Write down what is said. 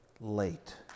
late